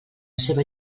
seva